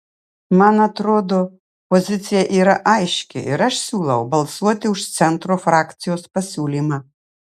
man atrodo pozicija yra aiški ir aš siūlau balsuoti už centro frakcijos pasiūlymą